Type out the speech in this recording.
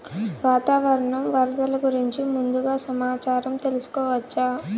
వాతావరణం వరదలు గురించి ముందుగా సమాచారం తెలుసుకోవచ్చా?